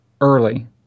early